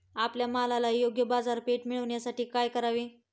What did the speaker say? आपल्या मालाला योग्य बाजारपेठ मिळण्यासाठी काय करावे?